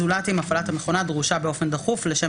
זולת אם הפעלת המכונה דרושה באופן דחוף לשם